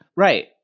Right